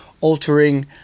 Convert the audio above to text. altering